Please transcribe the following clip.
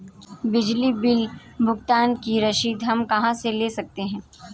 बिजली बिल भुगतान की रसीद हम कहां से ले सकते हैं?